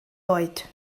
oed